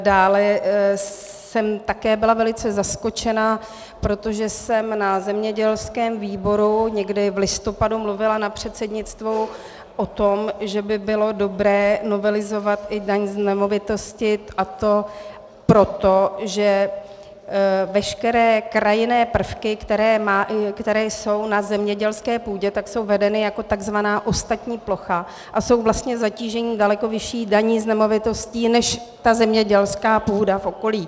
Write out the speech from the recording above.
Dále jsem byla také velice zaskočena, protože jsem na zemědělském výboru někdy v listopadu mluvila na předsednictvu o tom, že by bylo dobré novelizovat i daň z nemovitosti, a to proto, že veškeré krajinné prvky, které jsou na zemědělské půdě, jsou vedeny jako takzvaná ostatní plocha a jsou vlastně zatíženy daleko vyšší daní z nemovitosti než ta zemědělská půda v okolí.